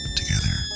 together